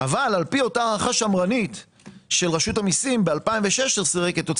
אבל על פי אותה הערכה שמרנית של רשות המיסים ב-2016 כתוצאה